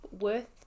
worth